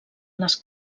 les